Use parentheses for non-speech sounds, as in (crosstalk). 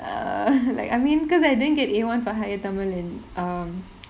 err like I mean because I didn't get A one for higher tamil in um (noise)